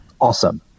Awesome